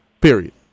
Period